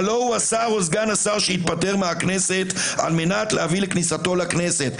הלוא הוא השר או סגן השר שהתפטר מהכנסת על מנת להביא לכניסתו לכנסת.